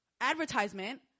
advertisement